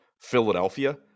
Philadelphia